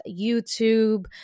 YouTube